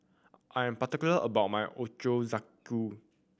I am particular about my Ochazuke